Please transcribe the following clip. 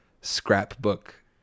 scrapbook